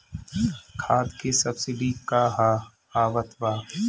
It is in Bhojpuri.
खाद के सबसिडी क हा आवत बा?